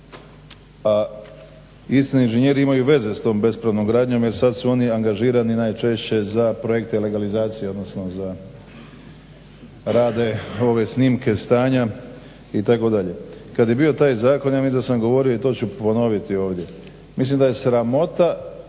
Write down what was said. A istina, inženjeri imaju veze s tom bespravnom gradnjom jer sad su oni angažirani najčešće za projekte legalizacije odnosno rade ove snimke stanja itd. Kad je bio taj zakon ja mislim da sam govorio i to ću ponoviti ovdje, mislim da je sramota